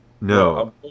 No